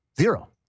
Zero